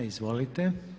Izvolite.